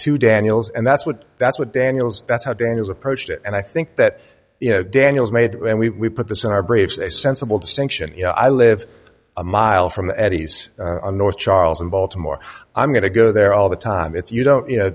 to daniel's and that's what that's what daniel's that's how doing is approached it and i think that you know daniel's made and we put this in our braves a sensible distinction you know i live a mile from eddie's north charleston baltimore i'm going to go there all the time it's you don't you know